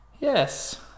Yes